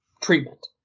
treatment